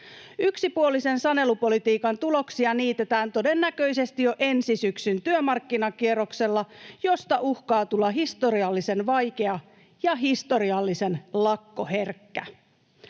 Yksipuolisen sanelupolitiikan tuloksia niitetään todennäköisesti jo ensi syksyn työmarkkinakierroksella, josta uhkaa tulla historiallisen vaikea ja historiallisen lakkoherkkä.